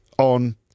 on